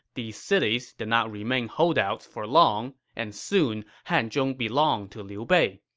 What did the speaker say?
these cities did not remain holdouts for long, and soon, hanzhong belonged to liu bei,